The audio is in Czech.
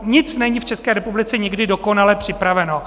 Nic není v České republice nikdy dokonale připraveno.